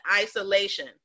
isolation